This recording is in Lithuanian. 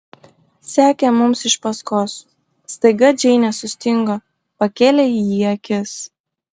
sekė mums iš paskos staiga džeinė sustingo pakėlė į jį akis